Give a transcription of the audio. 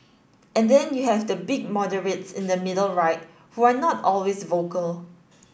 and then you have the big moderates in the middle right who are not always vocal